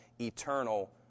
eternal